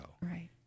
Right